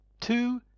Two